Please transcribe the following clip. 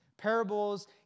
Parables